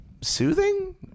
soothing